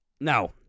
Now